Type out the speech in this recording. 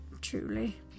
truly